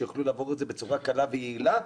שיוכלו לעבור את זה בצורה קלה ויעילה,